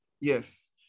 Yes